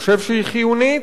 חושב שהיא חיונית.